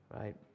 Right